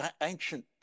ancient